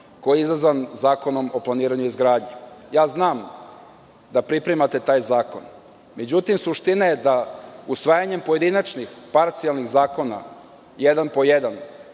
koji je izazvan Zakonom o planiranju i izgradnji. Znam da pripremate taj zakon. Međutim, suština je da usvajanjem pojedinačnih, parcijalnih zakona, jedan po jedan,